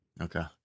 Okay